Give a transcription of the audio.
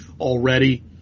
already